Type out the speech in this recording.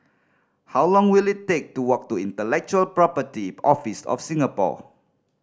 how long will it take to walk to Intellectual Property Office of Singapore